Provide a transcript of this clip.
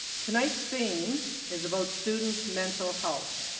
tonight's theme is about students' mental health.